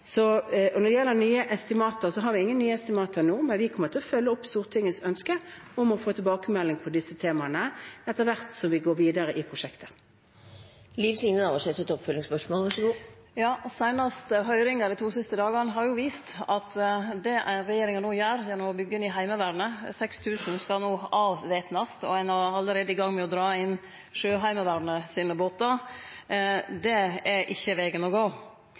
Når det gjelder nye estimater, har vi ingen nye estimater nå, men vi kommer til å følge opp Stortingets ønske om å få tilbakemelding om disse temaene etter hvert som vi går videre i prosjektet. Seinast høyringa dei to siste dagane har vist at det regjeringa no gjer gjennom å byggje ned Heimevernet – 6 000 skal avvæpnast, og ein er allereie i gang med å dra inn Sjøheimevernets båtar – er ikkje vegen å gå.